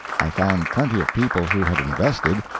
i found plenty of people who had invested,